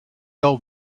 old